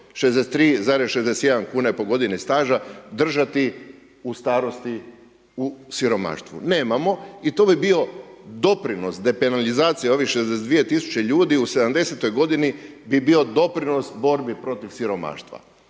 63,61 kune po godini staža držati u starosti u siromaštvu? Nemamo i to bi bio doprinos depenalizacije ovih 62 tisuće ljudi u 70.-oj godini bi bio doprinos borbi protiv siromaštva.